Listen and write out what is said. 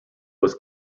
was